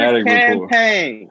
campaign